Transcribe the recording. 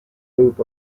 loop